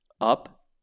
up